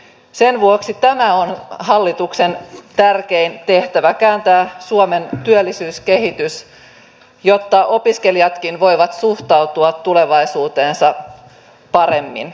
sen vuoksi tämä on hallituksen tärkein tehtävä kääntää suomen työllisyyskehitys jotta opiskelijatkin voivat suhtautua tulevaisuuteensa paremmin